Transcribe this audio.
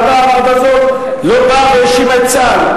למה הוועדה הזאת לא באה והאשימה את צה"ל.